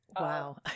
Wow